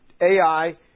Ai